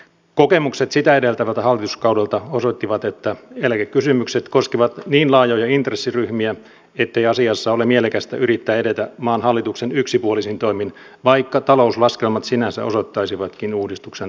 kokemukset sitä edeltävältä hallituskaudelta osoittivat että eläkekysymykset koskevat niin laajoja intressiryhmiä ettei asiassa ole mielekästä yrittää edetä maan hallituksen yksipuolisin toimin vaikka talouslaskelmat sinänsä osoittaisivatkin uudistuksen tarpeen